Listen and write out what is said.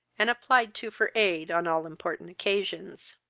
and applied to for aid on all important occasions.